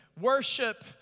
Worship